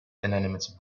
inanimate